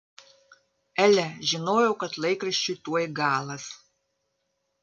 ele žinojau kad laikraščiui tuoj galas